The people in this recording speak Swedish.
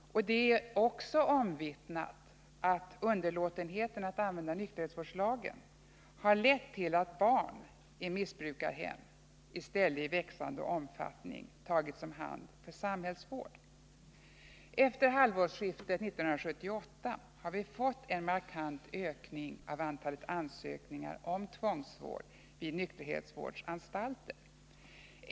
Det är också omvittnat att underlåtenheten att använda nykterhetsvårdslagen har lett till att barn i missbrukarhem i stället i växande omfattning tagits om hand för samhällsvård. Efter halvårsskiftet 1978 har vi fått en markant ökning av antalet ansökningar om tvångsvård vid nykterhetsvårdsanstalter.